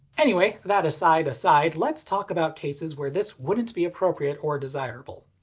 anyway, that aside aside, let's talk about cases where this wouldn't be appropriate or desirable.